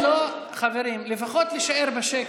חברים, לפחות להישאר בשקט.